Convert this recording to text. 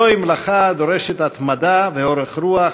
זוהי מלאכה הדורשת התמדה ואורך רוח,